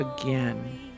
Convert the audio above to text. again